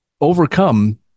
overcome